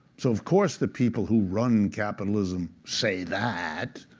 sort of course, the people who run capitalism say that.